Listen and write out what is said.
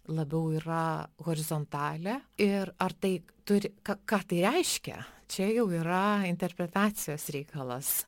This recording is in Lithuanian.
labiau yra horizontalė ir ar tai turi ką ką tai reiškia čia jau yra interpretacijos reikalas